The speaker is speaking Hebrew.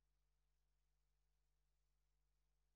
להפקיר